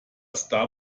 star